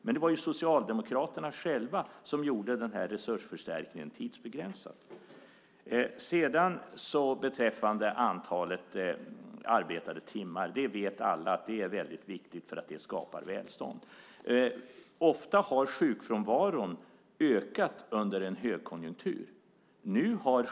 Men det var Socialdemokraterna som gjorde den resursförstärkningen tidsbegränsad. När det gäller antalet arbetade timmar vet alla att antalet arbetade timmar är viktigt eftersom det skapar välstånd. Ofta har sjukfrånvaron ökat under en högkonjunktur.